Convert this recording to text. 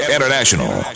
International